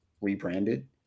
rebranded